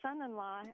son-in-law